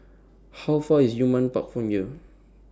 How Far IS Yunnan Park from here